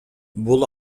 бул